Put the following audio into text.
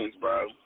bro